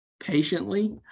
patiently